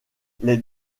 les